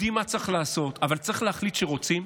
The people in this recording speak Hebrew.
יודעים מה צריך לעשות, אבל צריך להחליט שרוצים,